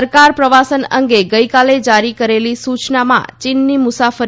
સરકારે પ્રવાસન અંગે ગઇકાલે જારી કરેલી સુચનામાં ચીનની મુસાફરી